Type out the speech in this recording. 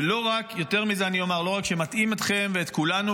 יותר מזה אני אומר: לא רק שמטעים אתכם ואת כולנו,